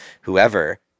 whoever